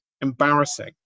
embarrassing